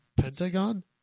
pentagon